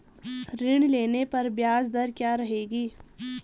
ऋण लेने पर ब्याज दर क्या रहेगी?